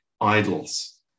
Idols